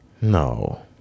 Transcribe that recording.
No